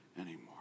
anymore